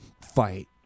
fight